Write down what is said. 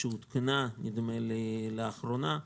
שעודכנה לאחרונה,